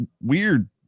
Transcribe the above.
weird